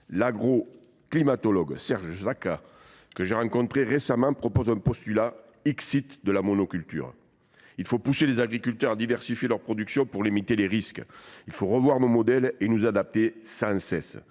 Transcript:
L’agroclimatologue Serge Zaka, que j’ai rencontré récemment, propose un postulat : la monoculture ! Nous devons pousser les agriculteurs à diversifier leur production pour limiter les risques ; il faut aussi revoir nos modèles et nous adapter sans cesse.